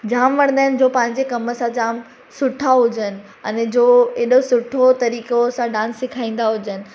जाम वणंदा आहिनि जो पंहिंजे कमु सां जाम सुठा हुजनि अने जो हेॾो सुठो तरीक़ो सां डांस सेखारींदा हुजनि